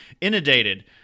inundated